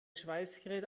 schweißgerät